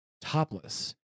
topless